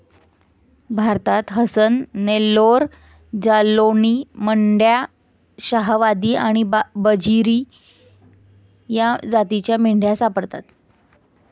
भारतात हसन, नेल्लोर, जालौनी, मंड्या, शाहवादी आणि बजीरी या जातींच्या मेंढ्या सापडतात